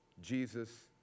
jesus